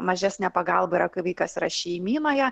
mažesne pagalba yra kai vaikas yra šeimynoje